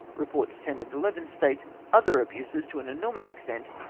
eeports ten and eleven state other abuses to an enormous extent,